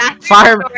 fire